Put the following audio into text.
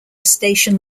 station